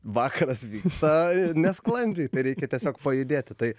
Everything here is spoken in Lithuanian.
vakaras vyksta nesklandžiaitai reikia tiesiog pajudėti tai